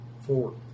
Four